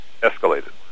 escalated